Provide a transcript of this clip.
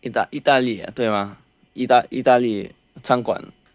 意大意大利啊对吗意大意大利餐馆